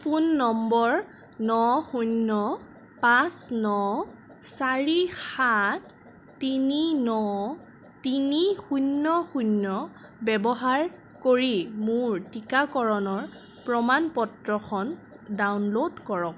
phone নম্বৰ ন শূণ্য পাঁচ ন চাৰি সাত তিনি ন তিনি শূণ্য শূণ্য ব্যৱহাৰ কৰি মোৰ টিকাকৰণৰ প্ৰমাণ পত্ৰখন ডাউনলড কৰক